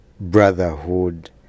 brotherhood